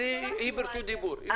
ברשות דיבור.